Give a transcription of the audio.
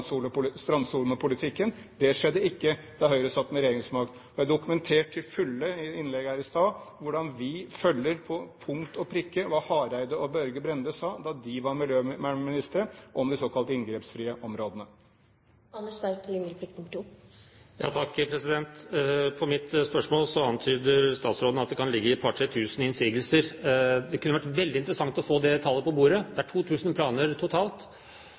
Det skjedde ikke da Høyre satt med regjeringsmakt. Og jeg dokumenterte til fulle i mitt innlegg her i stad hvordan vi til punkt og prikke følger hva Knut Arild Hareide og Børge Brende sa om de såkalte inngrepsfrie områdene da de var miljøvernministre. I svaret på mitt spørsmål antyder statsråden at det kan foreligge 2 000–3 000 innsigelser. Det kunne vært veldig interessant å få dette tallet på bordet. Det er 2 000 planer totalt.